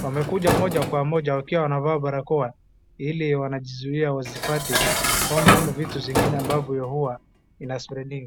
wamekuja moja kwa moja wakiwa wanavaa barakoa ili wanajizuia wasipate homa ama vitu zingine ambavyo huwa ina spread ingi.